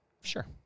Sure